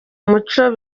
muco